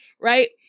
Right